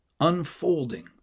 unfolding